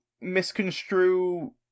misconstrue